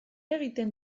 egiten